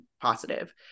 positive